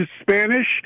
Spanish